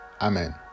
Amen